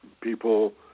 People